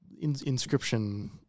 Inscription